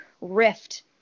rift